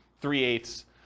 three-eighths